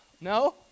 No